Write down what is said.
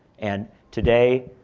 and today,